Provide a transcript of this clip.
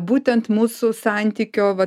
būtent mūsų santykio vat